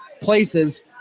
places